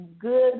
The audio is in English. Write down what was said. good